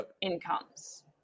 incomes